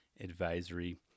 Advisory